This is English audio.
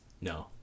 No